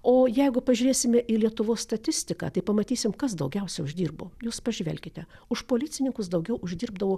o jeigu pažiūrėsime į lietuvos statistiką tai pamatysim kas daugiausia uždirbo jūs pažvelkite už policininkus daugiau uždirbdavo